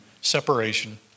separation